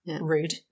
Rude